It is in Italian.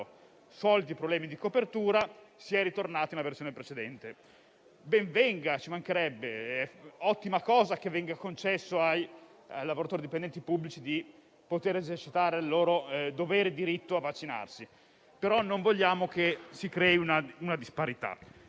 soliti problemi di copertura e si è ritornati a una versione precedente. Ben venga - ci mancherebbe - è ottima cosa che venga concesso ai dipendenti pubblici di esercitare il loro dovere-diritto di vaccinarsi, però non vogliamo che si crei una disparità.